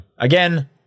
Again